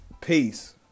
Peace